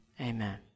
amen